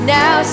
now